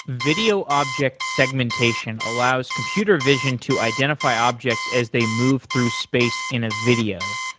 video object segmentation allows computer vision to identify objects as they move through space in a video.